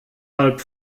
halb